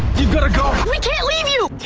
you'd better go. we can't leave you!